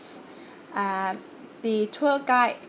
uh the tour guide